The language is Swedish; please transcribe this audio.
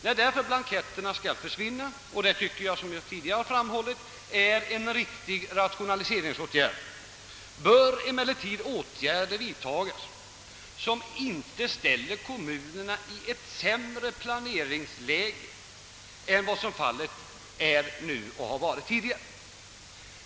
När blanketterna nu skall slopas — detta är, som jag tidigare sagt, en riktig rationaliseringsåtgärd — bör emellertid åtgärder vidtagas för att inte ställa kommunerna i ett sämre plane ringsläge än hittills.